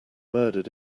murdered